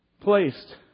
placed